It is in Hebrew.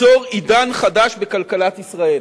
ייצור עידן חדש בכלכלת ישראל,